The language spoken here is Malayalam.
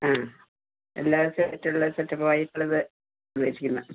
ആ എല്ലാ സെലക്ടുള്ള സെറ്റപ്പായിട്ടുള്ളത് ഉദ്ദേശിക്കുന്നത്